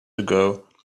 ago